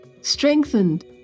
strengthened